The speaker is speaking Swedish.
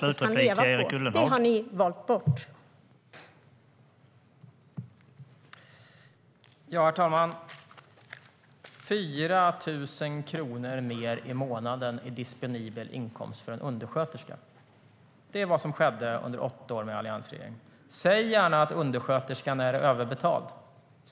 Herr talman! 4 000 kronor mer i månaden i disponibel inkomst för en undersköterska. Det är vad som skedde under åtta år med alliansregeringen. Säg gärna att undersköterskan är överbetald.